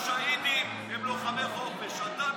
אתה אמרת שהשהידים הם לוחמי חופש.